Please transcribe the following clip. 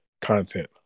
content